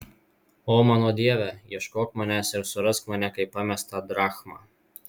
o mano dieve ieškok manęs ir surask mane kaip pamestą drachmą